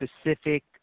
specific